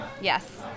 Yes